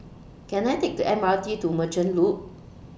Can I Take The M R T to Merchant Loop